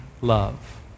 love